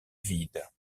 vide